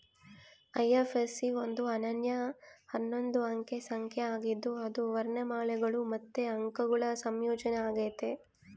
IFSC ಒಂದು ಅನನ್ಯ ಹನ್ನೊಂದು ಅಂಕೆ ಸಂಖ್ಯೆ ಆಗಿದ್ದು ಅದು ವರ್ಣಮಾಲೆಗುಳು ಮತ್ತೆ ಅಂಕೆಗುಳ ಸಂಯೋಜನೆ ಆಗೆತೆ